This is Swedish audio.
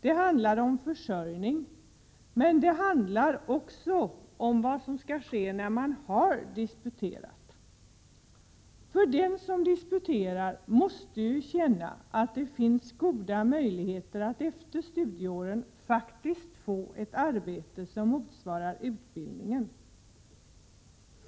Det handlar om försörjning, men det rör sig också om vad som händer när man har disputerat. Den som skall disputera måste ju veta att det finns goda möjligheter att efter studieåren få ett arbete som motsvarar utbildningen.